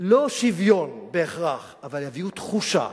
לא שוויון בהכרח, אבל יביאו תחושה